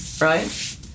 right